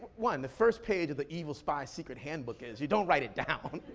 one, the first page of the evil spy secret handbook is, you don't write it down.